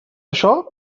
això